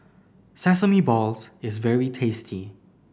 sesame balls is very tasty